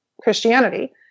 Christianity